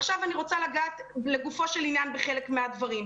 ועכשיו אני רוצה לגעת לגופו של עניין בחלק מהדברים.